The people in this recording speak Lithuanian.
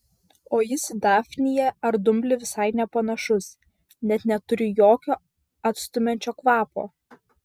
o jis į dafniją ar dumblį visai nepanašus net neturi jokio atstumiančio kvapo